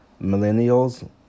millennials